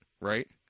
right